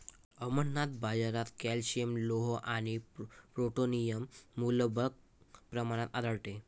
अमरनाथ, बाजारात कॅल्शियम, लोह आणि पोटॅशियम मुबलक प्रमाणात आढळते